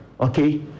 Okay